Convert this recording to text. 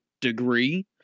degree